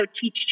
teach